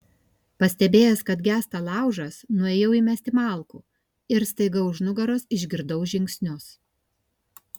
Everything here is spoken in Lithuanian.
pastebėjęs kad gęsta laužas nuėjau įmesti malkų ir staiga už nugaros išgirdau žingsnius